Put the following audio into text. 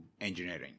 engineering